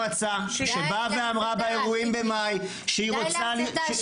מועצה שבאה ואמרה באירועים במאי שהיא רוצה --- תודה,